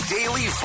Daily